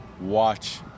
watch